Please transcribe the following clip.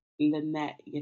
Lynette